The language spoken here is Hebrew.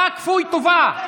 כפוי טובה שכמוך.